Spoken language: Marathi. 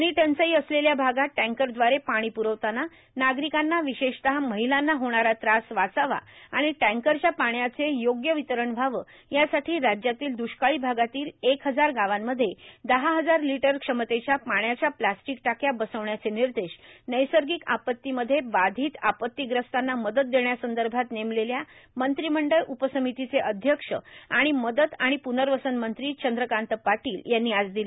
पाणी टंचाई असलेल्या भागात टँकरद्वारे पाणी प्रवताना नार्गारकांना विशेषतः र्माहलांना होणारा त्रास वाचावा आर्गण टँकरच्या पाण्याचे योग्य र्वितरण व्हावे यासाठी राज्यातील द्वष्काळी भागातील एक हजार गावांमध्ये दहा हजार र्लिटर क्षमतेच्या पाण्याच्या प्लॅस्टिक टाक्या बर्सावण्याचे र्मिनदश नैर्सागक आपत्तीमध्ये बर्ाधत आपत्तीग्रस्तांना मदत देण्यासंदभात नेमलेल्या मंत्रीमंडळ उपर्सामतीचे अध्यक्ष तथा मदत आर्माण प्रनवसन मंत्री चंद्रकांत पाटोल यांनी आज दिले